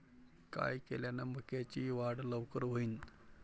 काय केल्यान मक्याची वाढ लवकर होईन?